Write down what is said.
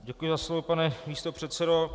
Děkuji za slovo, pane místopředsedo.